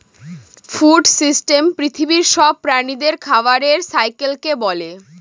food system পৃথিবীর সব প্রাণীদের খাবারের সাইকেলকে বলে